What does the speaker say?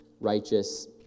righteous